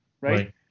Right